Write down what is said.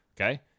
Okay